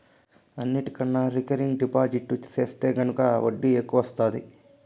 అన్నిటికన్నా recurring deposit సెత్తే గనక ఒడ్డీ ఎక్కవొస్తాది